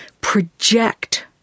project